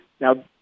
Now